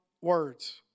words